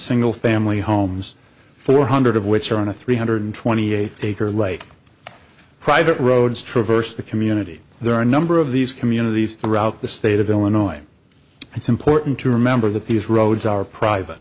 single family homes four hundred of which are on a three hundred twenty eight acre lake private roads traverse the community there are a number of these communities throughout the state of illinois it's important to remember that these roads are private